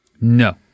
No